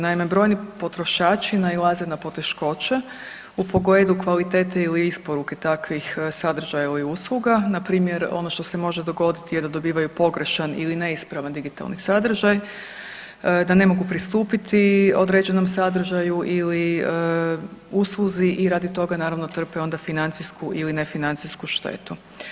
Naime, brojni potrošači nailaze na poteškoće u pogledu kvalitete ili isporuke takvih sadržaja ili usluga, npr. ono što se može dogoditi je da dobivaju pogrešan ili neispravan digitalni sadržaj, da ne mogu pristupiti određenom sadržaju ili usluzi i radi toga, naravno, trpe onda financijsku ili nefinancijsku štetu.